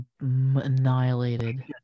Annihilated